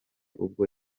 ubwo